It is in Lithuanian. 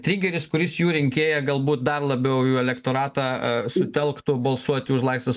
trigeris kuris jų rinkėją galbūt dar labiau jų elektoratą sutelktų balsuoti už laisvės